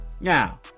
Now